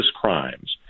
crimes